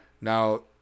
Now